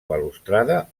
balustrada